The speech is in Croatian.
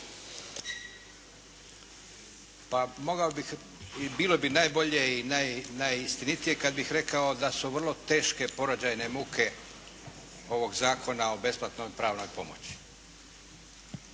Pa mogao bih i bilo bi najbolje i najistinitije kada bih rekao da su vrlo teške porođajne muke ovog Zakona o besplatnoj pravnoj pomoći